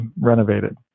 renovated